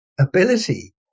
ability